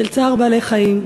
של צער בעלי-חיים,